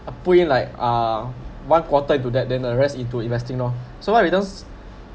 uh put in like uh one quarter into that then the rest into investing lor so what it does